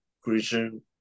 Christian